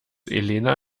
elena